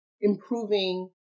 improving